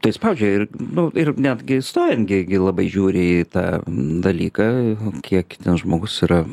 tai spaudžia ir nu ir netgi stojant gi gi labai žiūri į tą dalyką kiek ten žmogus yra